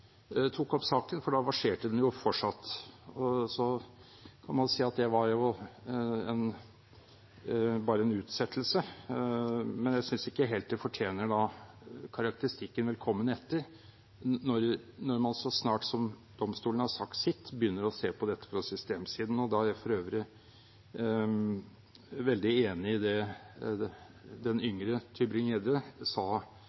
tok opp saken, for da verserte den jo fortsatt. Så kan man si at det bare var en utsettelse, men jeg synes ikke helt det fortjener karakteristikken «velkommen etter» når man så snart domstolen har sagt sitt, begynner å se på dette fra systemsiden. Jeg er for øvrig veldig enig i det den yngre Tybring-Gjedde sa,